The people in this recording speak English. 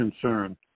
concern